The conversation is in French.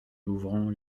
ouvrant